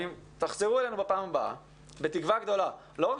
תחזרו אלינו בפעם הבאה בתקווה גדולה לא רק